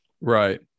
Right